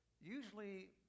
usually